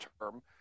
term